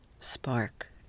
spark